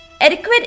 Adequate